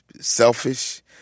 selfish